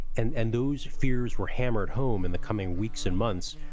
and and those fears were hammered home in the coming weeks and months.